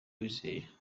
uwizeye